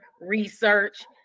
research